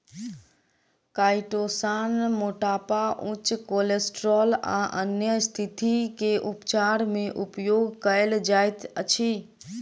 chitosan मोटापा उच्च cholesterol आ अन्य स्तिथि के उपचार मे उपयोग कायल जाइत अछि